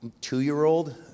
two-year-old